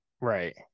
Right